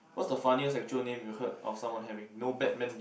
what's the funniest actual name you heard of someone having no Batman